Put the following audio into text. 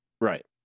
right